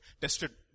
tested